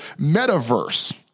metaverse